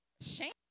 shame